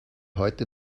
heute